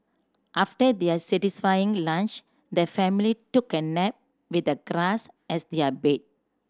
after their satisfying lunch the family took a nap with the grass as their bed